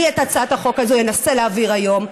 אני את הצעת החוק הזאת אנסה להעביר היום,